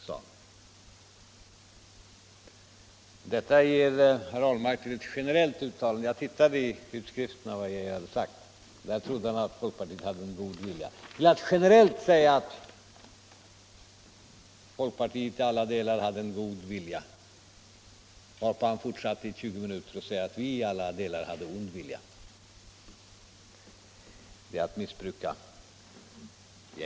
Jag tittade i utskrifterna Nr 150 vad det var Lennart Geijer hade sagt, och det var alltså att han trodde Fredagen den att folkpartiet hade en god vilja. Och detta gör herr Ahlmark till ett 4 juni 1976 generellt uttalande, att folkpartiet till alla delar hade en god vilja - varpå LL herr Ahlmark i 20 minuter fortsatte att säga att vi i alla delar hade ond = Frioch rättigheter vilja. Det är att missbruka Lennart Geijer!